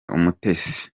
umutesi